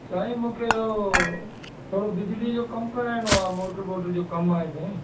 साईं मूंखे उहो थोरो बिजली जो कमु कराइणो आहे मोटर वोटर जो कमु आहे साईं